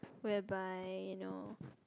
whereby you know